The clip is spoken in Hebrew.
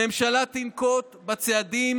הממשלה תנקוט בצעדים